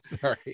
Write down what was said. Sorry